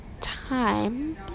time